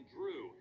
Drew